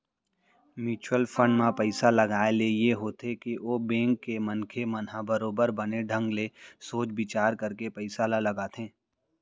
mutual fund म पइसा लगाए ले ये होथे के ओ बेंक के मनखे मन ह बरोबर बने ढंग ले सोच बिचार करके पइसा ल लगाथे